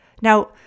Now